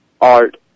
art